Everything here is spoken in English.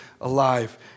alive